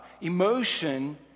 emotion